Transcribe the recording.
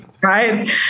Right